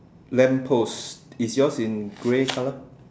lamp post is yours in grey colour